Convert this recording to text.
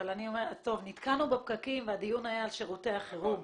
טוב, נתקענו בפקקים והדיון היה על שירותי החירום.